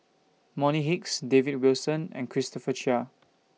Bonny Hicks David Wilson and Christopher Chia